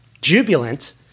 jubilant